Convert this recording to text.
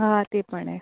हां ते पण आहे